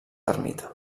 ermita